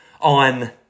on